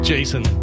Jason